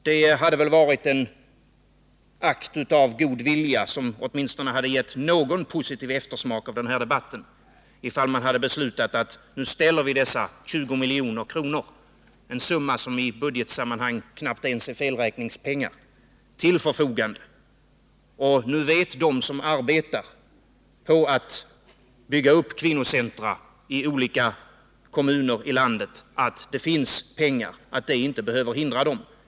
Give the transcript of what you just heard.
Det hade väl varit en akt av god vilja, som åtminstone hade givit någon positiv eftersmak av den här debatten, ifall riksdagen hade beslutat att ställa dessa 20 milj.kr. — en summa som i budgetsammanhang knappt ens är felräkningspengar — till förfogande, så att de som arbetar på att bygga upp kvinnocentra i olika kommuner i landet visste att det finns pengar, att brist på ekonomiska medel inte behöver hindra dem.